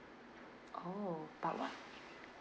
oh but what